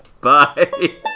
Bye